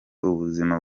ubuzima